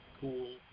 cool